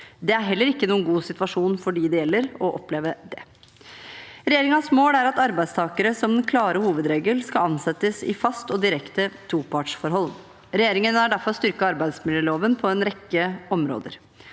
Det er heller ikke noen god situasjon for dem det gjelder, å oppleve det. Regjeringens mål er at arbeidstakere som den klare hovedregel skal ansettes i faste og direkte topartsforhold. Regjeringen har derfor styrket arbeidsmiljøloven på en rekke områder.